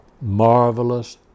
marvelous